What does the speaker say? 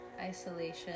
isolation